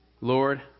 Lord